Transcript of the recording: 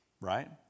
Right